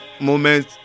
moment